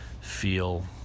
feel